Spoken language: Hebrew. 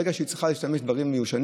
ברגע שהיא צריכה להשתמש בדברים מיושנים